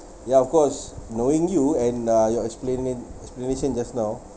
ya of course knowing you and uh your explana~ explanation just now